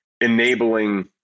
enabling